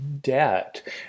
debt